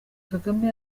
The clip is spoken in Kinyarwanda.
kagame